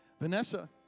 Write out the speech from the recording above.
Vanessa